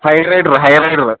Hyryder ഹൈറൈഡ വ